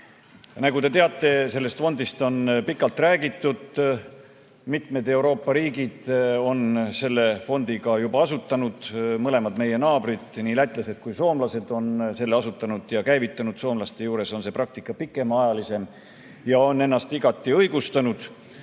Nagu te teate, sellest fondist on pikalt räägitud. Mitmed Euroopa riigid on selle fondi juba asutanud. Mõlemad meie naabrid, nii lätlased kui ka soomlased, on selle asutanud ja käivitanud. Soomlaste juures on see praktika pikemaajalisem ja on ennast igati õigustanud.